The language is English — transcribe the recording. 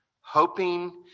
hoping